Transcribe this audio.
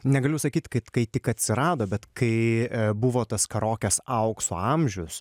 negaliu sakyt kad kai tik atsirado bet kai buvo tas karokės aukso amžius